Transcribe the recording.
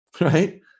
right